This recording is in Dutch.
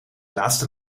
laatste